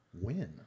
win